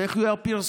ואיך יהיו הפרסומות,